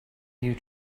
you